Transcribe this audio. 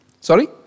Sorry